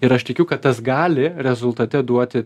ir aš tikiu kad tas gali rezultate duoti